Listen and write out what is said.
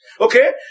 Okay